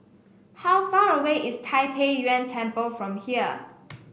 how far away is Tai Pei Yuen Temple from here